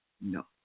no